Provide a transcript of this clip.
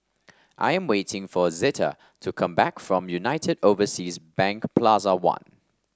I am waiting for Zeta to come back from United Overseas Bank Plaza One